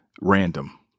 random